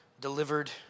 delivered